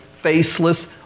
faceless